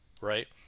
right